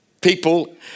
people